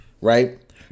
right